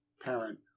parent